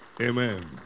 Amen